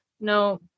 no